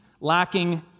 lacking